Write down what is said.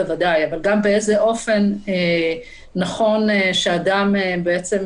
בוודאי אבל באיזה אופן נכון שאדם בעצם